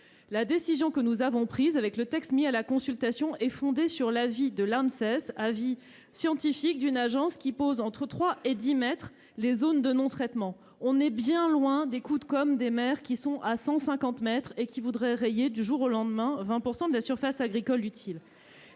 La décision que nous avons prise avec le texte mis à la consultation est fondée sur l'avis de l'Anses, avis scientifique qui fixe entre 3 et 10 mètres les zones de non-traitement. Nous sommes bien loin des « coups de com » des maires prévoyant 150 mètres et qui voudraient rayer, du jour au lendemain, 20 % de la surface agricole utile.